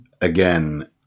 again